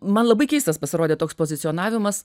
man labai keistas pasirodė toks pozicionavimas